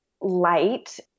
light